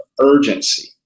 urgency